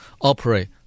operate